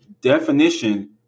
definition